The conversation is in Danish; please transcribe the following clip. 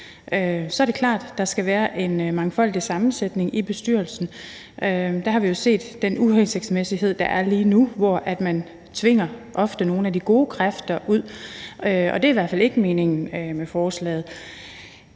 Så er det klart, at der skal være en mangfoldig sammensætning af bestyrelsen. Der har vi jo set den uhensigtsmæssighed, der er lige nu, hvor man ofte tvinger nogle af de gode kræfter ud. Og det er i hvert fald ikke meningen med forslaget.